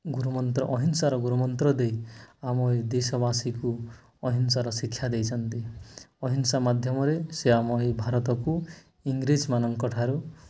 ଗୁରୁମନ୍ତ୍ର ଅହିିଂସାର ଗୁରୁମନ୍ତ୍ର ଦେଇ ଆମ ଏ ଦେଶବାସୀକୁ ଅହିଂସାର ଶିକ୍ଷା ଦେଇଛନ୍ତି ଅହିିଂସା ମାଧ୍ୟମରେ ସେ ଆମ ଏ ଭାରତକୁ ଇଂରେଜମାନଙ୍କ ଠାରୁ